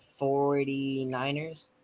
49ers